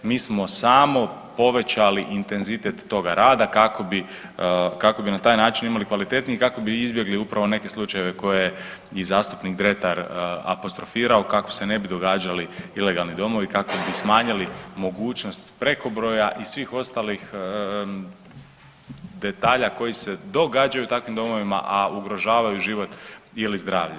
Mi smo samo povećali intenzitet toga rada kako bi na taj način imali kvalitetniji i kako bi izbjegli upravo neke slučajeve koje je i zastupnik Dretar apostrofirao kako se ne bi događali ilegalni domovi, kako bi smanjili mogućnost prekobroja i svih ostalih detalja koji se događaju u takvim domovima, a ugrožavaju život ili zdravlje.